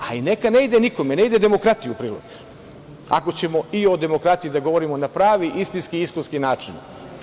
A i neka ne ide nikome, ne ide demokratiji u prilog, ako ćemo i o demokratiji da govorimo na pravi istinski, iskusni način.